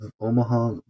Omaha